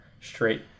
straight